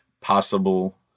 possible